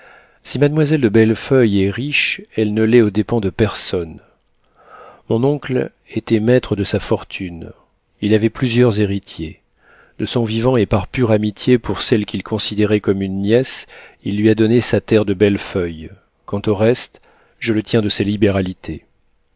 si mademoiselle de bellefeuille est riche elle ne l'est aux dépens de personne mon oncle était maître de sa fortune il avait plusieurs héritiers de son vivant et par pure amitié pour celle qu'il considérait comme une nièce il lui a donné sa terre de bellefeuille quant au reste je le tiens de ses libéralités